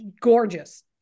gorgeous